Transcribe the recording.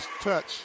touch